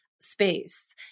space